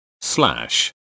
slash